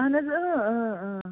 اَہَن حظ